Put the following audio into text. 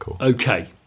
okay